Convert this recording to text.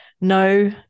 no